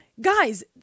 guys